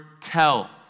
tell